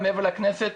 מעבר לכנסת,